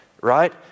right